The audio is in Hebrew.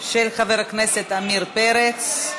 של חבר הכנסת עמיר פרץ,